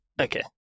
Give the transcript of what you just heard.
Okay